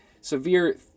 severe